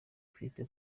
twita